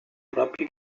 propi